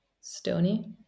stony